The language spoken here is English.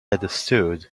understood